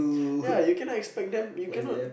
ya you cannot expect them you cannot